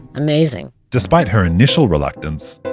amazing! despite her initial reluctance,